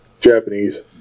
Japanese